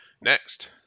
next